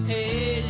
Hey